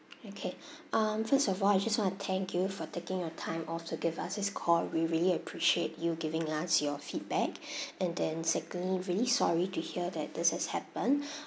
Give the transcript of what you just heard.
okay um first of all I just want to thank you for taking your time off to give us this call we really appreciate you giving us your feedback and then secondly really sorry to hear that this has happened